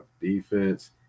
defense